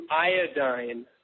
iodine